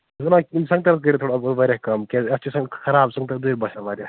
ولہٕ حظ سنٛگترن کٔرِو تھوڑا بہت واریاہ کم کیٛازِ اتھ چھِ سنٛگتر خراب سنٛگتر دٔرۍ باسان واریاہ